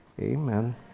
Amen